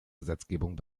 gesetzgebung